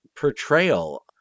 portrayal